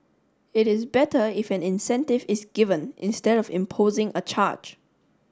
it is better if an incentive is given instead of imposing a charge